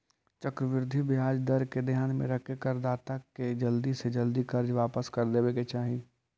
चक्रवृद्धि ब्याज दर के ध्यान में रखके करदाता के जल्दी से जल्दी कर्ज वापस कर देवे के चाही